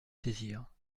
saisir